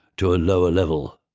to a lower level.